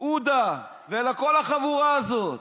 עודה ולכל החבורה הזאת.